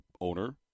owner